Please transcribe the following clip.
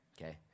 Okay